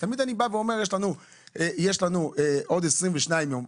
תמיד אני אומר שיש לנו עוד 22 יום.